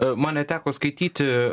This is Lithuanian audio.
man net teko skaityti